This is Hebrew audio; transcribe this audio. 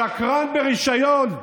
ישב שקרן ברישיון,